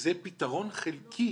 זה פתרון חלקי